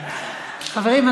חברים,